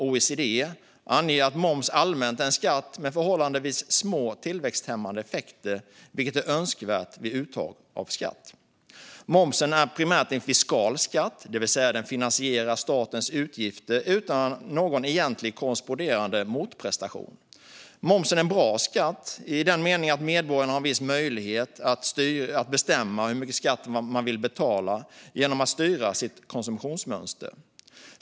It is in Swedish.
OECD anger att moms allmänt är en skatt med förhållandevis små tillväxthämmande effekter, vilket är önskvärt vid uttag av skatt. Momsen är primärt en fiskal skatt, det vill säga att den finansierar statens utgifter utan någon egentlig korresponderande motprestation. Momsen är en bra skatt i den meningen att medborgarna har en viss möjlighet att bestämma hur mycket skatt de vill betala genom att styra sitt konsumtionsmönster.